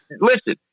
listen